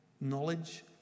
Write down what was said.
knowledge